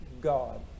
God